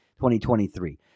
2023